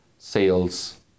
sales